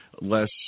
less